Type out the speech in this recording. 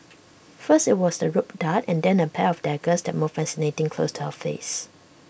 first IT was the rope dart and then A pair of daggers that moved fascinatingly close to her face